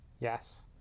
Yes